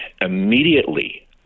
immediately